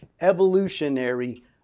evolutionary